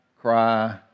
cry